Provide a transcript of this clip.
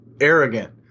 arrogant